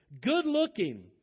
good-looking